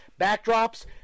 backdrops